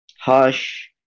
Hush